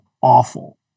awful